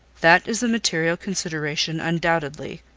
that is a material consideration undoubtedly.